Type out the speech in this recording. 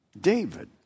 David